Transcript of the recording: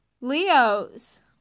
Leo's